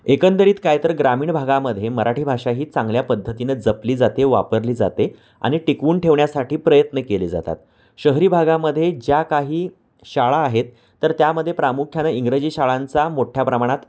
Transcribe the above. एकंदरीत काय तर ग्रामीण भागामध्ये मराठी भाषा ही चांगल्या पद्धतीनं जपली जाते वापरली जाते आणि टिकवून ठेवण्यासाठी प्रयत्न केले जातात शहरी भागामध्येे ज्या काही शाळा आहेत तर त्यामध्ये प्रामुख्यानं इंग्रजी शाळांचा मोठ्या प्रमाणात